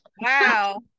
Wow